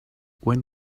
when